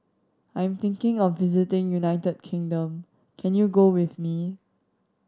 I'm thinking of visiting United Kingdom can you go with me